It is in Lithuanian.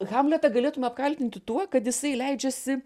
hamletą galėtume apkaltinti tuo kad jisai leidžiasi